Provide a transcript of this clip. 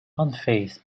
unfazed